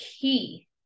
key